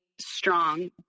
strong